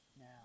now